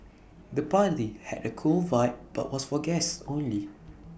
the party had A cool vibe but was for guests only